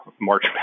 March